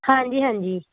ਹਾਂਜੀ ਹਾਂਜੀ